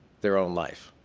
their own life.